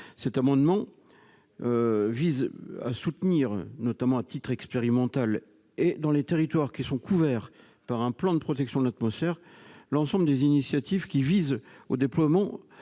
Cet amendement vise à soutenir, à titre expérimental et dans les territoires couverts par un plan de protection de l'atmosphère, toutes les initiatives visant au déploiement